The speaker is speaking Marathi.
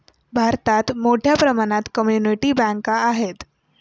भारतात मोठ्या प्रमाणात कम्युनिटी बँका आहेत